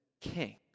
king